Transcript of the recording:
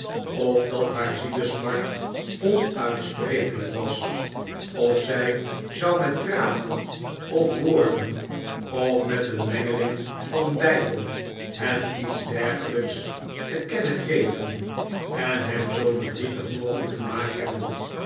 of dat haar zielesmart onuitsprekelijk was of zij zou met tranen of woorden of met een mengeling v an beide hem iets dergelijks te kennen gegeven en hem zoo verdrietig mogelijk gemaakt hebben